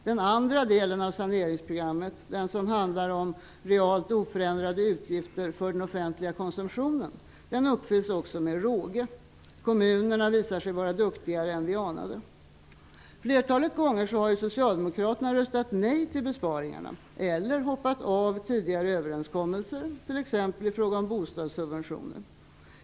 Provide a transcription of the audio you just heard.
Den andra delen av saneringsprogrammet -- den som handlar om realt oförändrade utgifter för den offentliga konsumtionen -- uppfylls också med råge. Kommunerna visar sig vara duktigare än vi anade. Flertalet gånger har Socialdemokraterna röstat nej till besparingarna eller hoppat av tidigare överenskommelser, t.ex. i fråga om bostadssubventionerna.